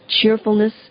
cheerfulness